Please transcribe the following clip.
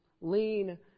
lean